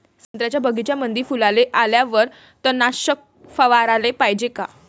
संत्र्याच्या बगीच्यामंदी फुलाले आल्यावर तननाशक फवाराले पायजे का?